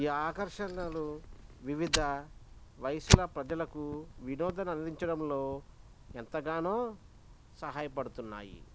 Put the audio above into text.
ఈ ఆకర్షణలు వివిధ వయసుల ప్రజలకు వినోదం అందించడంలో ఎంతగానో సహాయపడుతున్నాయి